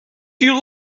you